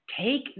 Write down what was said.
take